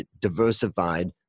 diversified